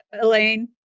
Elaine